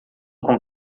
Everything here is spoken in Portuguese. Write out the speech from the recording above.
com